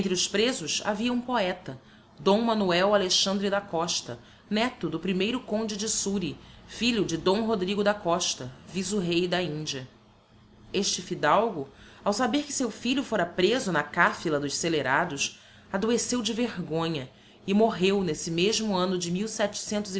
presos havia um poeta d manoel alexandre da costa neto do primeiro conde de soure filho de d rodrigo da costa viso rei da india este fidalgo ao saber que seu filho fôra preso na cáfila dos scelerados adoeceu de vergonha e morreu n'esse mesmo anno de